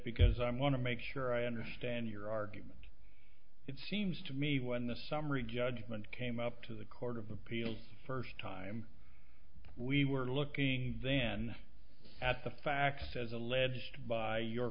because i want to make sure i understand your argument it seems to me when the summary judgment came up to the court of appeals first time we were looking than at the facts as alleged by your